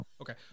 Okay